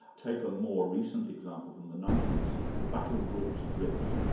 take a more recent example from the nineteenth century, the battle of rorke's drift,